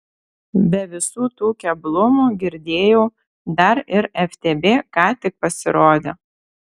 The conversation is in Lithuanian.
be visų tų keblumų girdėjau dar ir ftb ką tik pasirodė